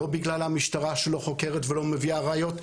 לא בגלל המשטרה שלא חוקרת ולא מביאה ראיות,